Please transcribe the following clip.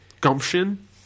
gumption